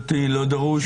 צריך